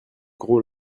gros